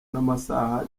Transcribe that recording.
n’amasaha